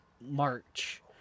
March